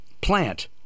plant